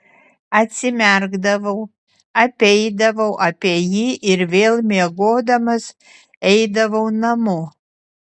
atsimerkdavau apeidavau apie jį ir vėl miegodamas eidavau namo